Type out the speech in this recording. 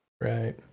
Right